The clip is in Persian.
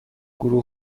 گروه